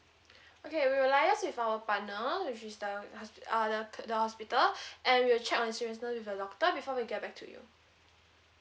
okay we will liaise with our partner which is the hospi~ uh the c~ the hospital and we'll check on the seriousness with the doctor before we get back to you